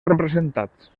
representats